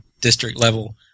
district-level